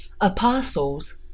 Apostles